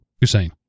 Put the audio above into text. Hussein